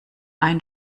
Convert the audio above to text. ein